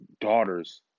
daughters